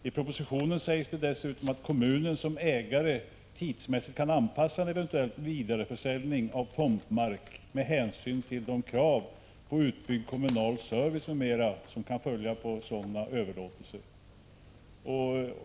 I propositionen sägs dessutom att kommunen som ägare tidsmässigt kan anpassa en eventuell vidareförsäljning av tomtmark med hänsyn till de krav på utbyggd kommunal service som kan följa på sådana överlåtelser.